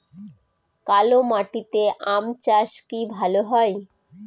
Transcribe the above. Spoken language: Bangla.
কালো মাটিতে আম চাষ কি ভালো হয়?